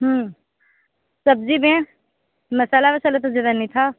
हूं सब्जी में मसाला वसाला तो ज़्यादा नहीं था